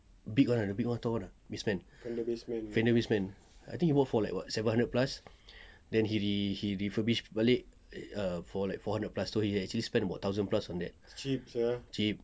big one the big one tall one ah bass man fender bass man I think he bought for like what seven hundred plus then he he refurbish balik err for like four hundred plus so he actually spent like thousand plus on that cheap